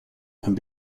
and